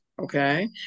okay